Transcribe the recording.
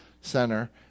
center